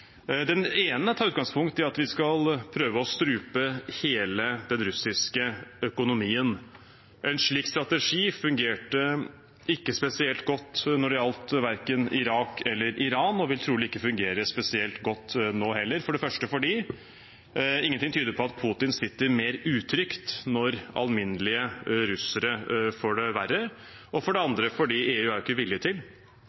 Den ene tar utgangspunkt i at vi skal prøve å strupe hele den russiske økonomien. En slik strategi fungerte ikke spesielt godt når det gjaldt verken Irak eller Iran, og vil trolig ikke fungere spesielt godt nå heller, for det første fordi ingenting tyder på at Putin sitter mer utrygt når alminnelige russere får det verre, og for det